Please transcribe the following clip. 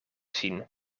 zien